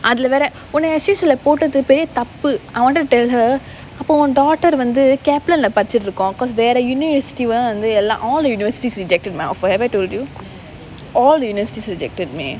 அதுல வேற ஒன்ன:athula vera onna S_U_S_S lah போட்டது பெரிய தப்பு:pottathu periya thappu I wanted to tell her அப்ப ஒன்:appe on daughter வந்து:vanthu Kaplan leh படிச்சிகிட்டு இருக்கோம் கொஞ்~ வேற:padichikittu irukom konj~ vera university were வந்து எல்லா:vanthu ellaa all universities rejected my offer have I told you all the universities rejected me